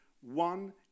one